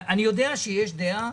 אני יודע שיש דעה